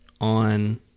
on